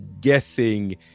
guessing